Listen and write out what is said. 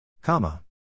comma